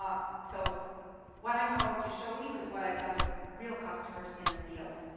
um so what i'm about to show you is what i've done with real customers in the field.